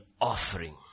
offering